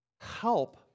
help